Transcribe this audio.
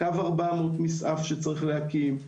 קו 400 מסעף שצריך להקים,